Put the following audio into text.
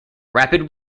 rapid